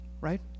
right